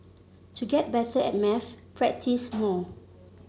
to get better at maths practise more